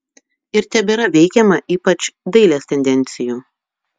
ir tebėra veikiama ypač dailės tendencijų